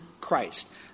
Christ